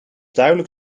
duidelijk